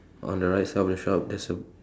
on the right side of the shop there's a